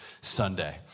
Sunday